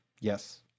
yes